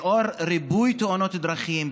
לאור ריבוי תאונות דרכים,